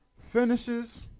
finishes